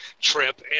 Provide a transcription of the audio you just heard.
trip